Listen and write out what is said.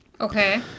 Okay